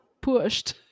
pushed